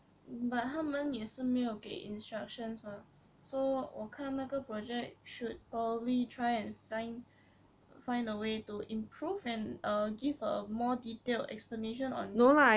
but 他们也是没有给 instructions mah so 我看那个 project should probably try and find a way to improve and err give a more detailed explanation on